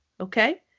okay